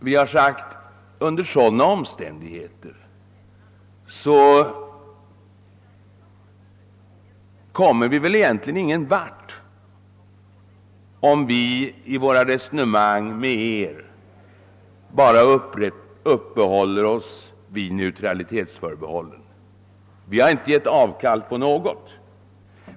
Vi har sagt: »Under så dana omständigheter kommer vi ingen vart om vi i våra resonemang med er bara uppehåller oss vid neutralitetsförbehållen.» Men vi har därmed inte givit avkall på något.